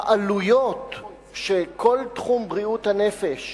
העלויות של כל תחום בריאות הנפש